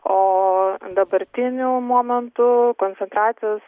o dabartiniu momentu koncentracijos